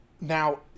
now